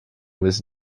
was